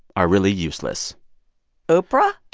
are really useless oprah?